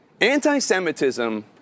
Anti-Semitism